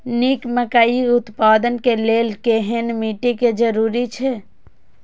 निक मकई उत्पादन के लेल केहेन मिट्टी के जरूरी छे?